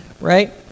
right